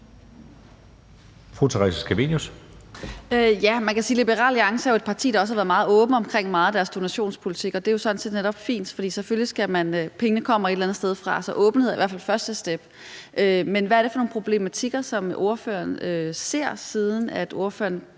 Theresa Scavenius (UFG): Man kan sige, at Liberal Alliance jo er et parti, der også har været meget åbent omkring meget af deres donationspolitik, og det er sådan set fint, for pengene kommer selvfølgelig et eller andet sted fra, så åbenhed er i hvert fald første step. Men hvad er det for nogle problematikker, som ordføreren ser, siden ordføreren